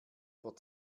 vor